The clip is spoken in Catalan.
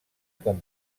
com